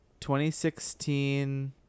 2016